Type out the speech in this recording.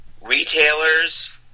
retailers